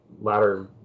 latter